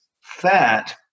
fat